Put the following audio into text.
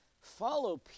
follow